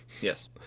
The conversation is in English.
Yes